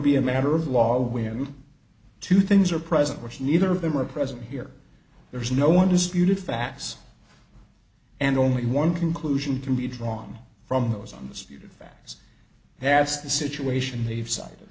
be a matter of law when two things are present which neither of them are present here there is no one disputed facts and only one conclusion can be drawn from those on the state of facts that's the situation they've cite